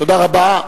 תודה רבה.